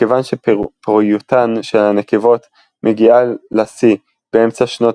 מכיוון שפוריותן של הנקבות מגיעה לשיא באמצע שנות